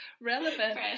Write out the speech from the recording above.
relevant